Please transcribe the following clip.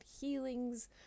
healings